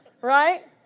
Right